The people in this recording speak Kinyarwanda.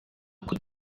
uku